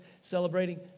celebrating